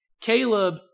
Caleb